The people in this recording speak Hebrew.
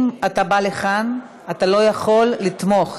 אם אתה בא לכאן, אתה לא יכול לתמוך.